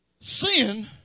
Sin